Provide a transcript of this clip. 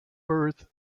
birth